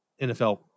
NFL